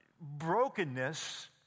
brokenness